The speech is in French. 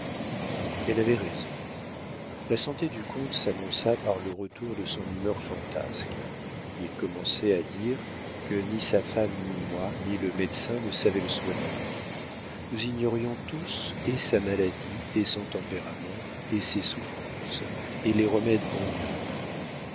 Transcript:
elle avait raison la santé du comte s'annonça par le retour de son humeur fantasque il commençait à dire que ni sa femme ni moi ni le médecin ne savaient le soigner nous ignorions tous et sa maladie et son tempérament et ses souffrances et les remèdes convenables